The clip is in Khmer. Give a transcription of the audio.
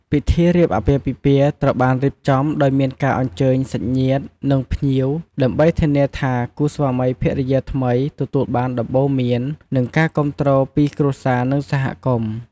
ពិធីរៀបអាពាហ៍ពិពាហ៍ត្រូវបានរៀបចំដោយមានការអញ្ជើញសាច់ញាតិ និងភ្ញៀវ ដើម្បីធានាថាគូស្វាមីភរិយាថ្មីទទួលបានដំបូន្មាន និងការគាំទ្រពី គ្រួសារ និងសហគមន៍។